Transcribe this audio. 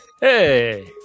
Hey